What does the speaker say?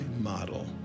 model